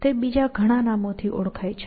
તે બીજા ઘણા નામોથી ઓળખાય છે